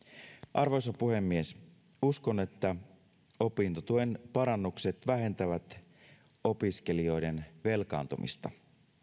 arvoisa puhemies uskon että opintotuen parannukset vähentävät opiskelijoiden velkaantumista